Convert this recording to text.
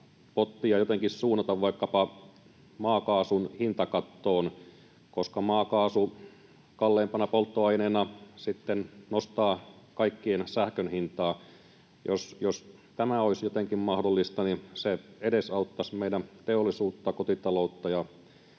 jotenkin suunnata vaikkapa maakaasun hintakattoon, koska maakaasu kalleimpana polttoaineena nostaa kaikkien sähkön hintaa. Jos tämä olisi jotenkin mahdollista, niin se edesauttaisi meidän teollisuutta, kotitalouksia ja